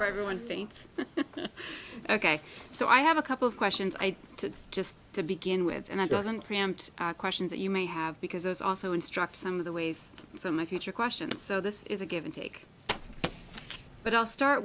for every one thing ok so i have a couple of questions i just to begin with and it doesn't preempt questions that you may have because it's also instruct some of the ways so my future questions so this is a give and take but i'll start